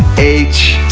h,